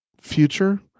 future